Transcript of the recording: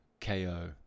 KO